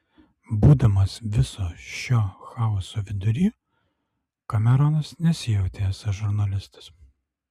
būdamas viso šio chaoso vidury kameronas nesijautė esąs žurnalistas